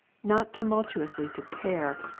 not tumultuously to tear,